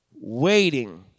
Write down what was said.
waiting